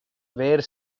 where